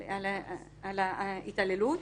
על התעללות.